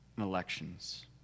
Elections